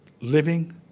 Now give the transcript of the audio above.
living